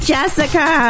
Jessica